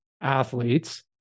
athletes